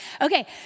Okay